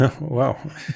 wow